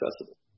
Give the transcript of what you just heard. accessible